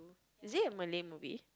is it a Malay movie